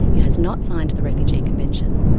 it has not signed the refugee convention,